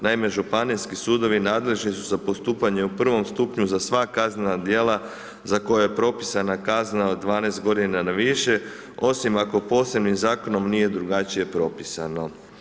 Naime, županijski sudovi nadležni su za postupanje u prvom stupnju za sva kaznena djela za koje je propisana kazna od 12 g. na više osim ako posebnim zakonom nije drugačije propisano.